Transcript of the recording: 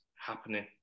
happening